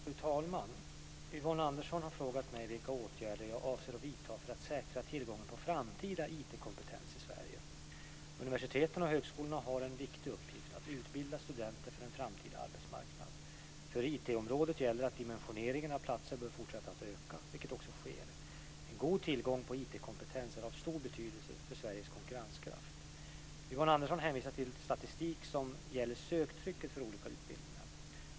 Fru talman! Yvonne Andersson har frågat mig vilka åtgärder jag avser att vidta för att säkra tillgången på framtida IT-kompetens i Sverige. Universiteten och högskolorna har en viktig uppgift att utbilda studenter för en framtida arbetsmarknad. För IT-området gäller att dimensioneringen av platser bör fortsätta att öka, vilket också sker. En god tillgång på IT-kompetens är av stor betydelse för Sveriges konkurrenskraft. Yvonne Andersson hänvisar till statistik som gäller söktrycket för olika utbildningar.